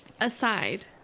aside